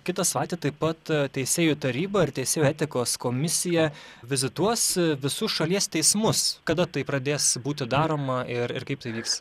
kitą savaitę taip pat teisėjų taryba ir teisėjų etikos komisija vizituos visus šalies teismus kada tai pradės būti daroma ir ir kaip tai vyks